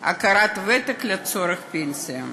לצורך פנסיה.